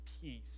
peace